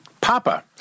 Papa